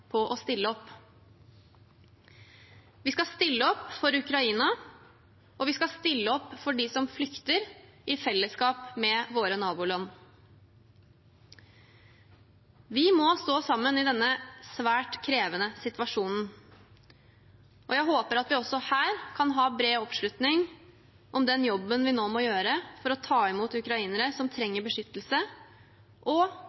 å stille opp. Vi skal stille opp for Ukraina, og vi skal stille opp for dem som flykter, i fellesskap med våre naboland. Vi må stå sammen i denne svært krevende situasjonen. Jeg håper at vi også her kan ha bred oppslutning om den jobben vi nå må gjøre for å ta imot ukrainere som trenger beskyttelse, og